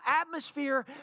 atmosphere